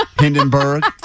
Hindenburg